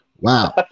Wow